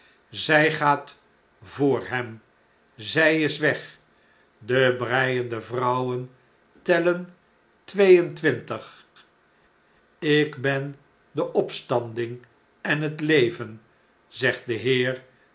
zjj gaat vr hem zij is weg de breiende vrouwen tellen twee en twintig ik ben de opstanding en het leven zegt de heer